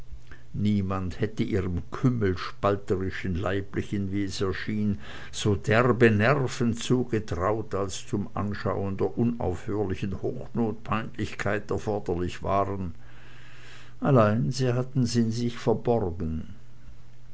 niemand hätte ihrem kümmelspalterischen leiblichen wie es erschien so derbe nerven zugetraut als zum anschaun der unaufhörlichen hochnotpeinlichkeit erforderlich waren allein sie hatten's in sich verborgen